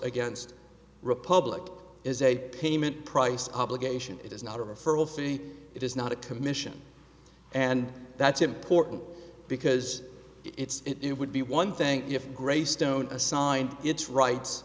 against republic is a payment price obligation it is not a referral fee it is not a commission and that's important because it's it would be one thing if graystone assigned its rights